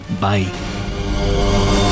Bye